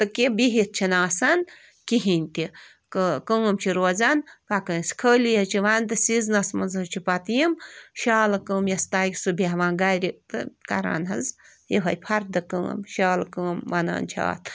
تہٕ کہِ بِہِتھ چھِنہٕ آسان کِہیٖنۍ تہِ کٲ کٲم چھِ روزان پَکان خٲلی حظ چھِ وَنٛدٕ سیٖزنَس منٛز حظ چھِ پَتہٕ یِم شالہٕ کٲم یَس تَگہِ سُہ بیٚہوان گَرِ تہٕ کران حظ یِہوٚے فَردٕ کٲم شالہٕ کٲم وَنان چھِ اَتھ